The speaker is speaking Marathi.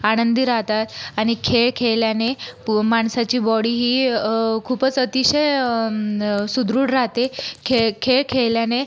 आनंदी राहतात आणि खेळ खेळल्याने पु माणसाची बॉडी ही खूपच अतिशय सुदृढ राहते खेळ खेळल्याने